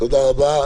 תודה רבה.